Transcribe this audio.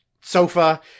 sofa